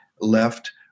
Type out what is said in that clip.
left